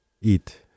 eat